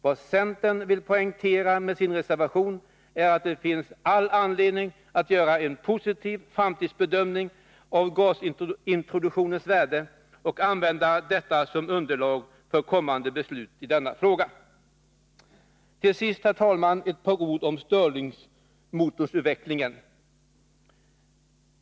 Vad centern vill poängtera med sin reservation är att det finns all anledning att göra en positiv framtidsbedömning av gasintroduktionens värde, att användas som underlag för kommande beslut i denna fråga. Till sist, herr talman, ett par ord om stirlingmotorutvecklingen.